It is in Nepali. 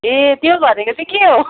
ए त्यो भनेको चाहिँ के हो